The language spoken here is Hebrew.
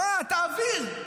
אבל אתה אוויר.